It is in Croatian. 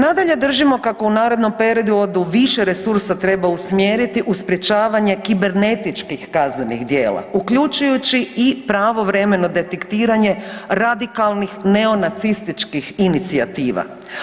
Nadalje, držimo kako u narednom periodu više resursa treba usmjeriti u sprječavanje kibernetičkih kaznenih djela uključujući i pravovremeno detektiranje radikalnih neonacističkih inicijativa.